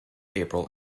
april